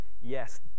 yes